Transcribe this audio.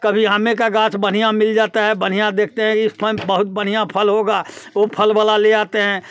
कभी आम का गाछ बढ़िया मिल जाता है बढ़िया देखते हैं इस पर बहुत बढ़िया फल होगा वो फल वाला ले आते हैं